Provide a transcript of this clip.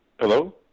Hello